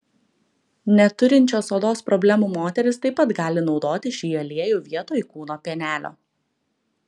neturinčios odos problemų moterys taip pat gali naudoti šį aliejų vietoj kūno pienelio